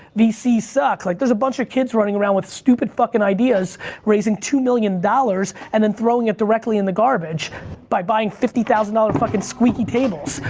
vcs suck. like there's a bunch of kids running around with stupid fucking ideas raising two million dollars and then throwing it directly in the garbage by buying fifty thousand ah dollars squeaky tables.